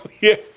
yes